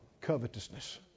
covetousness